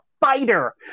fighter